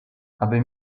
aby